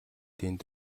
тэнд